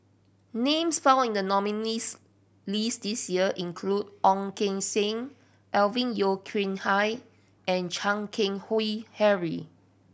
names found in the nominees' list this year include Ong Keng Sen Alvin Yeo Khirn Hai and Chan Keng Howe Harry